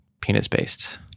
penis-based